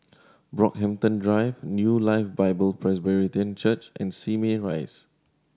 Brockhampton Drive New Life Bible Presbyterian Church and Simei Rise